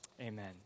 amen